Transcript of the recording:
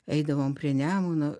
eidavom prie nemuno